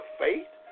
faith